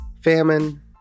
famine